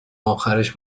آخرش